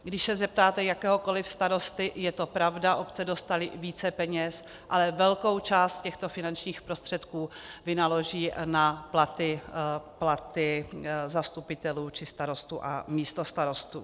Když se zeptáte jakéhokoliv starosty, je to pravda, obce dostaly více peněz, ale velkou část z těchto finančních prostředků vynaloží na platy zastupitelů či starostů a místostarostů.